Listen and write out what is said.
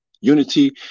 Unity